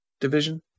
division